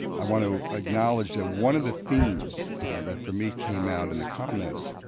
i want to acknowledge that one of the themes that for me came out in the comments